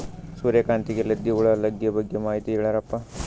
ಸೂರ್ಯಕಾಂತಿಗೆ ಲದ್ದಿ ಹುಳ ಲಗ್ಗೆ ಬಗ್ಗೆ ಮಾಹಿತಿ ಹೇಳರಪ್ಪ?